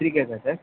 three கேக்கா sir